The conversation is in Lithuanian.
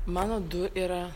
mano du yra